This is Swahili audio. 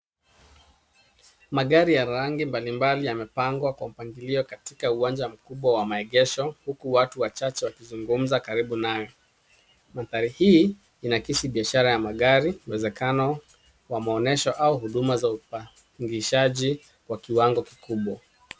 Magari ya rangi mblimbali yamepangwa kwa mpangilio katika uwanja mkubwa wa maegesho huku watu wachache wakizungumza karibu nayo. Mandhari hii inaakisi biashara ya magari ,uwezekano wa maonyesho ya magari au huduma za upangishaji wa kiwango kikubwa.